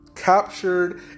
Captured